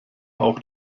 auch